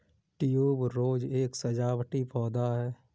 tuberose एक सजावटी पौधा है